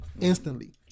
instantly